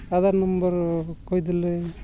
Aadhaar number କହିଦେଲେ